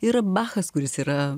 yra bachas kuris yra